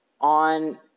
on